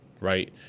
right